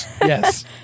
Yes